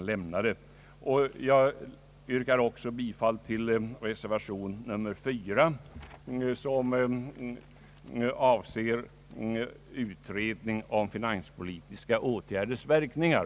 Dessutom kommer jag att yrka bifall till reservation 4, vari föreslås en utredning om finanspolitiska åtgärders verkningar.